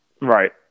Right